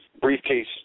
briefcase